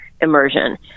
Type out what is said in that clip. immersion